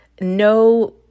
no